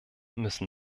müssen